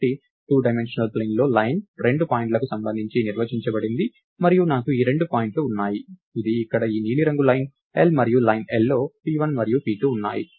కాబట్టి two dimensional ప్లేన్లో line రెండు పాయింట్లకు సంబంధించి నిర్వచించబడింది మరియు నాకు ఈ రెండు పాయింట్లు ఉన్నాయి ఇది ఇక్కడ ఈ నీలిరంగు లైన్ L మరియు లైన్ L లో p1 మరియు p2 ఉన్నాయి